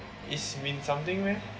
is Ming something meh